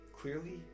Clearly